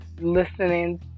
listening